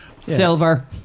Silver